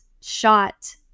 shot